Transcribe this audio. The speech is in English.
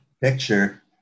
picture